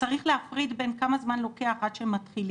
צריך להפריד בין כמה זמן לוקח עד שמתחילים